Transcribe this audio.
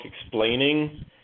explaining